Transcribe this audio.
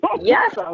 Yes